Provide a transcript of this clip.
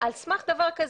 על סמך דבר כזה,